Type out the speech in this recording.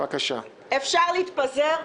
אפשר להתפזר,